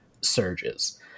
surges